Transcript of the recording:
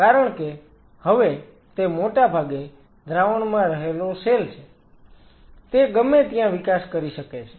કારણ કે હવે તે મોટાભાગે દ્રાવણમાં રહેલો સેલ છે તે ગમે ત્યાં વિકાસ કરી શકે છે